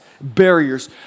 barriers